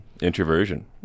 Introversion